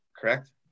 correct